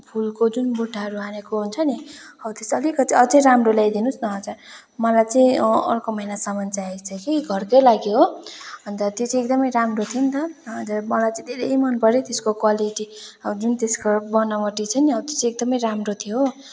फुलको जुन बुट्टाहरू हानेको हुन्छ नि हो त्यो चाहिँ अलिकति अझै राम्रो ल्याइदिनुहोस् न हजुर मलाई चाहिँ अर्को महिनासम्म चाहिएको छ कि घरकै लागि हो अन्त त्यो चाहिँ एकदमै राम्रो थियो नि त हजुर मलाई चाहिँ धेरै मन पऱ्यो त्यसको क्वालिटी अब जुन त्यसको बनावटी छ नि हो त्यो चाहिँ एकदमै राम्रो थियो हो